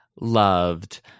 loved